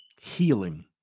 healing